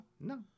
No